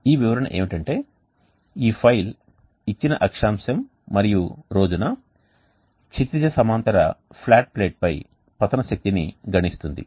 ఈ వివరణ ఏమిటంటే ఈ ఫైల్ ఇచ్చిన అక్షాంశం మరియు రోజున క్షితిజ సమాంతర ఫ్లాట్ ప్లేట్ పై పతన శక్తిని గణిస్తుంది